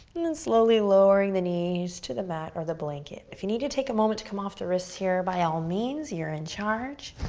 and then slowly lowering the knees to the mat or the blanket. if you need to take a moment to come off the wrists here, by all means, you're in charge.